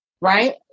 right